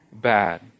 bad